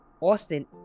Austin